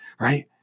right